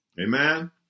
Amen